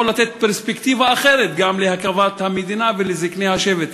לתת פרספקטיבה אחרת גם להקמת המדינה ולזקני השבט,